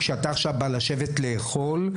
כשאתה בא לשבת לאכול,